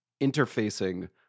interfacing